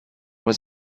was